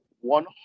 one